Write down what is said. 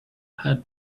had